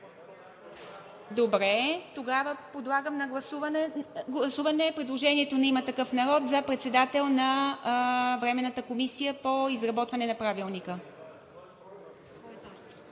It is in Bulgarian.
Добре. Тогава подлагам на гласуване предложението на „Има такъв народ“ за председател на Временната комисия по изработване на Правилника